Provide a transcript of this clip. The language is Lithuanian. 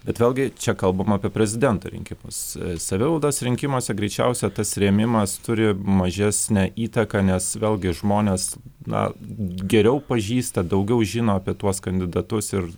bet vėlgi čia kalbam apie prezidento rinkimus savivaldos rinkimuose greičiausia tas rėmimas turi mažesnę įtaką nes vėlgi žmonės na geriau pažįsta daugiau žino apie tuos kandidatus ir